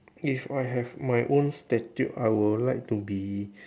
if I have my own statue I would like to be